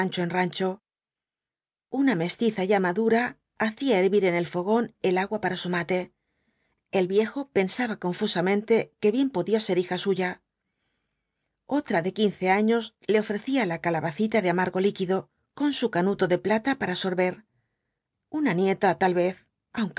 rancho una mestiza ya madura hacía hervir en el fogón el agua para su mate el viejo pensaba confusamente que bien podía ser hija suya otra de quince años le ofrecía la calabacita de amargo líquido con su canuto de plata para sorber una nieta tal vez